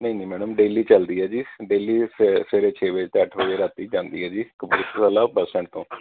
ਨਹੀਂ ਨਹੀਂ madam daily ਚੱਲਦੀ ਹੈ ਜੀ ਡੇਲੀ ਸਵੇਰੇ ਸਵੇਰੇ ਛੇ ਵਜੇ ਅਤੇ ਅੱਠ ਵਜੇ ਰਾਤੀ ਜਾਂਦੀ ਆ ਜੀ ਕਪੂਰਥਲਾ ਬਸ ਸਟੈਂਡ ਤੋਂ